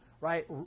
right